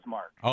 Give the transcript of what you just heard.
Mark